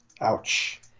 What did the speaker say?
Ouch